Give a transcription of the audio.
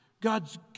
God's